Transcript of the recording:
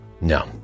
no